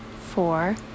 four